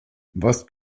was